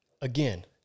again